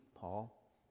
Paul